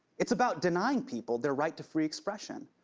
it's about denying people their right to free expression.